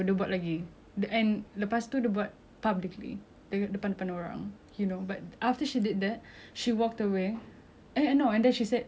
dia depan-depan orang you know but after she did that she walked away eh no and then she said uh pretty sure you did surgery before and she walked away